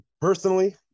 Personally